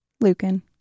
Lucan